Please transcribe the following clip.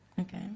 Okay